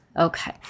Okay